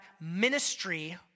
ministry